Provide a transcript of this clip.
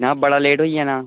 जनाब बड़ा लेट होई जाना